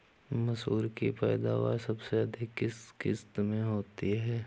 मसूर की पैदावार सबसे अधिक किस किश्त में होती है?